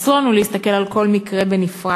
אסור לנו להסתכל על כל מקרה בנפרד,